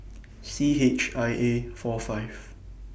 C H I A four five